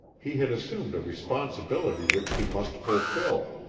he had assumed a responsibility which he must fulfill,